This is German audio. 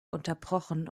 unterbrochen